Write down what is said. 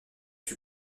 fut